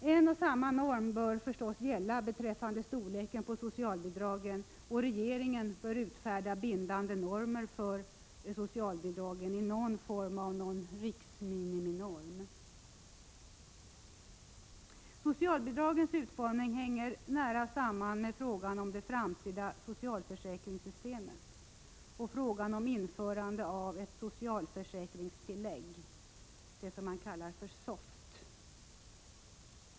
En och samma norm bör naturligtvis gälla beträffande storlek på socialbidragen, och regeringen bör utfärda bindande normer för socialbidragen i form av någon riksmininorm. Socialbidragens utformning hänger nära samman med frågan om det framtida socialförsäkringssystemet och frågan om införande av ett socialförsäkringstillägg — det som man kallar SOFT.